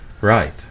Right